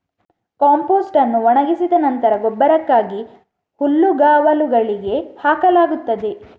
compost ಅನ್ನು ಒಣಗಿಸಿ ನಂತರ ಗೊಬ್ಬರಕ್ಕಾಗಿ ಹುಲ್ಲುಗಾವಲುಗಳಿಗೆ ಹಾಕಲಾಗುತ್ತದೆ